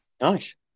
nice